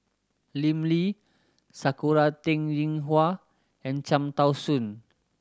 Lim Lee Sakura Teng Ying Hua and Cham Tao Soon